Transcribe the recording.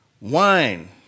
Wine